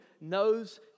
knows